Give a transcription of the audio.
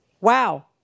wow